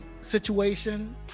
situation